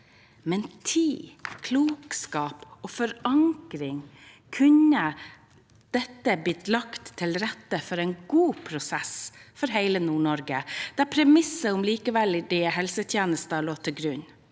Med tid, klokskap og forankring kunne det blitt lagt til rette for en god prosess for hele Nord-Norge der premisset om likeverdige helsetjenester lå til grunn.